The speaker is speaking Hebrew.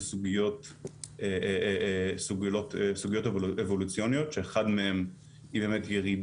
סוגיות אבולוציוניות שאחת מהן היא באמת ירידה בסקטור ספציפי אחד,